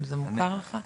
זה מוכר לך?